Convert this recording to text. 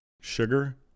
sugar